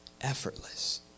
effortless